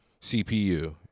cpu